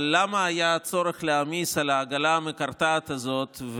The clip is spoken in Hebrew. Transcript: אבל למה היה צורך להעמיס על העגלה המקרטעת הזאת,